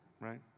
right